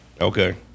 Okay